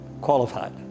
qualified